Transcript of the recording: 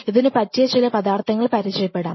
ഇതിനു പറ്റിയ ചില പദാർത്ഥങ്ങൾ പരിചയപ്പെടുത്താം